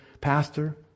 Pastor